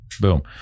Boom